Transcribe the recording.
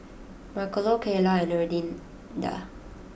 Marcello Kyla and Erlinda